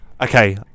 Okay